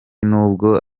n’ubwo